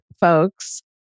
folks